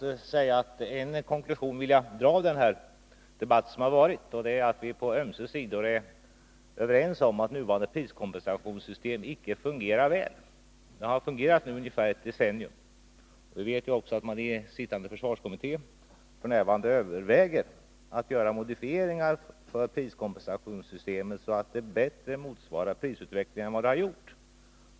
En konklusion vill jag dra av den debatt som har förts, nämligen att vi på ömse sidor är överens om att nuvarande priskompensationssystem inte fungerar väl. Det har fungerat nu ungefär ett decennium. Vi vet också att man i sittande försvarskommitté f. n. överväger att göra modifieringar för priskompensationssystemet så att det bättre motsvarar prisutvecklingen än vad det har gjort.